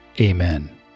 Amen